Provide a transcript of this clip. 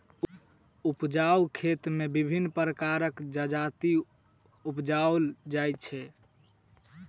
उपजाउ खेत मे विभिन्न प्रकारक जजाति उपजाओल जाइत छै